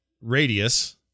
radius